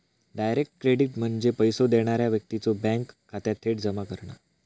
direct credit म्हणजे पैसो देणारा व्यक्तीच्यो बँक खात्यात थेट जमा करणा